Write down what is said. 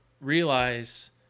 realize